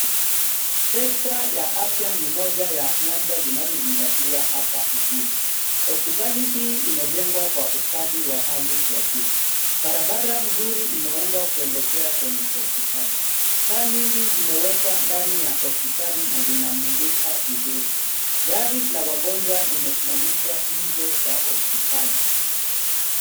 Sekta ya afya ni Moja ya nyanja zinazozingatiwa hapa mjini. Hospitali hii imeengwa kwa ustadi wa Hali ya juu. Barabara nzuri imeundwa kuelekea kwenye hospitali. Taa nyingi zimewekwa ndani ya hospitali na zinamulika vizuri. Gari la wagonjwa limesimamishwa nje ya hospitali.